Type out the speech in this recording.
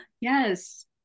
yes